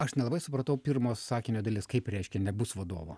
aš nelabai supratau pirmo sakinio dalies kaip reiškia nebus vadovo